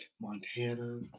Montana